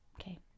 okay